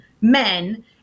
men